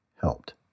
helped